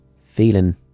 feeling